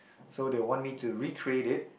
so they want me to recreate it